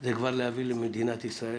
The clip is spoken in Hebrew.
זה כבר להביא למדינת ישראל